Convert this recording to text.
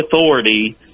authority